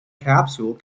capsule